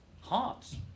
hearts